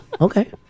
okay